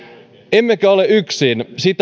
emmekä ole yksin